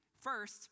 First